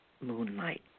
moonlight